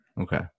Okay